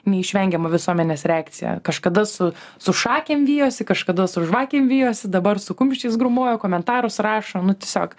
neišvengiama visuomenės reakcija kažkada su su šakėm vijosi kažkada su žvakėm vijosi dabar su kumščiais grūmojo komentarus rašo nu tiesiog